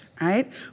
right